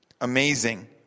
amazing